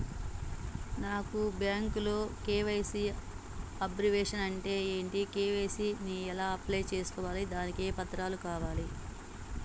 నాకు బ్యాంకులో KYC abbreviation అంటే ఏంటి కే.వై.సీ ని ఎలా అప్లై చేసుకోవాలి దానికి ఏ పత్రాలు కావాలి?